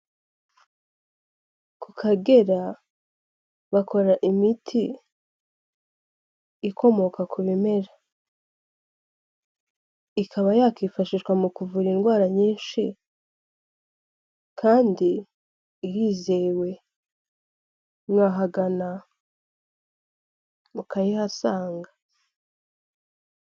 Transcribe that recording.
Ku kagera bakora imiti ikomoka ku bimera, ikaba yakifashishwa mu kuvura indwara nyinshi kandi irizewe, mwahagana mukayihasanga.